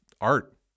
art